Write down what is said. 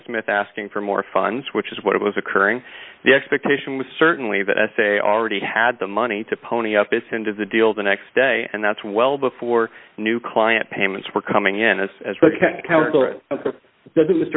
smith asking for more funds which is what was occurring the expectation was certainly that essay already had the money to pony up its end of the deal the next day and that's well before new client payments were coming in as